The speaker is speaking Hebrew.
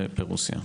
תודה.